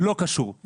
לא קשור,